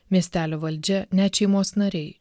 miestelio valdžia net šeimos nariai